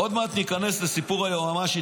עוד מעט ניכנס לסיפור היועמ"שית,